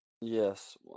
Yes